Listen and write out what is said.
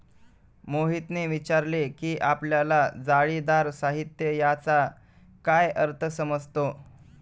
मोहितने विचारले की आपल्याला जाळीदार साहित्य याचा काय अर्थ समजतो?